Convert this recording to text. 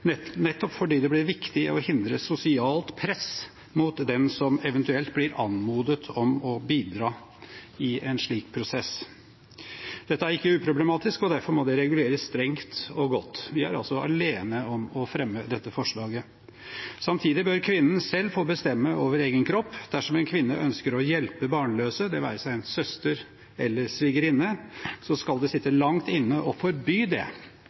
Venstre, nettopp fordi det ble viktig å hindre sosialt press mot dem som eventuelt blir anmodet om å bidra i en slik prosess. Dette er ikke uproblematisk. Derfor må det reguleres strengt og godt. Vi er alene om å fremme dette forslaget. Samtidig bør kvinnen selv få bestemme over egen kropp. Dersom en kvinne ønsker å hjelpe barnløse, det være seg en søster eller en svigerinne, skal det sitte langt inne å forby det.